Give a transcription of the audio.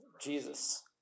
Jesus